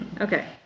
Okay